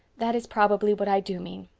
that is probably what i do mean.